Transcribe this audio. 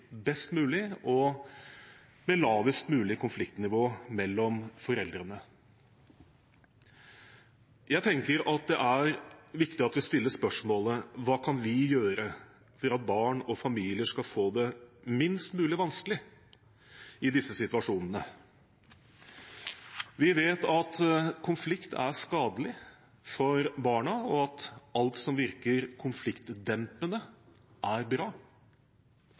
best mulig og med lavest mulig konfliktnivå mellom foreldrene. Jeg tenker at det er viktig at vi stiller spørsmålet: Hva kan vi gjøre for at barn og familier skal få det minst mulig vanskelig i disse situasjonene? Vi vet at konflikt er skadelig for barna, og at alt som virker konfliktdempende, er bra.